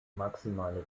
maximale